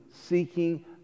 seeking